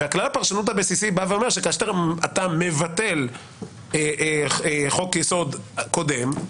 כלל הפרשנות הבסיסי בא ואומר שכאשר אתה מבטל חוק יסוד קודם,